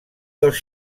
dels